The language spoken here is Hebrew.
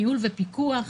ניהול ופיקוח,